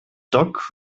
dock